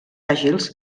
àgils